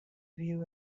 view